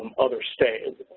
other states.